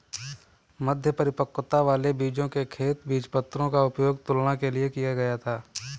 मध्य परिपक्वता वाले बीजों के खेत बीजपत्रों का उपयोग तुलना के लिए किया गया था